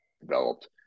developed